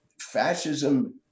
fascism